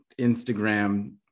Instagram